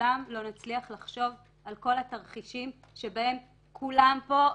לעולם לא נצליח לחשוב על כל התרחישים שבהם כולם פה,